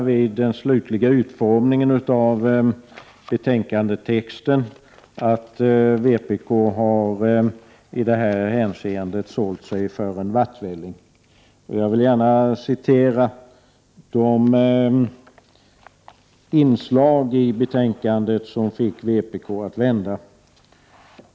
Vid den slutliga utformningen av betänkandetexten har det sedermera visat sig att vpk i det här hänseendet har sålt sig för en vattvälling. Jag vill gärna citera det inslag i betänkandet som fick vpk att vända.